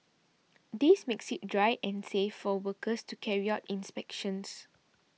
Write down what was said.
this makes it dry and safe for workers to carry out inspections